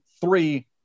three